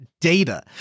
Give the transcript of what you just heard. data